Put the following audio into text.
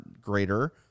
greater